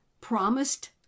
promised